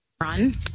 run